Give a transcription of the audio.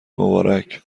مبارک